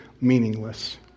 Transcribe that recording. meaningless